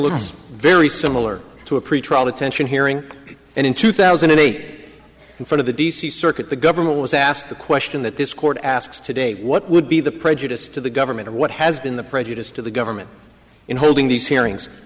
loss very similar to a pretrial detention hearing and in two thousand and eight for the d c circuit the government was asked the question that this court asks today what would be the prejudice to the government or what has been the prejudice to the government in holding these hearings